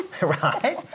right